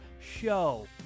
show